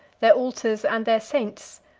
their altars and their saints,